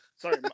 Sorry